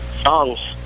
songs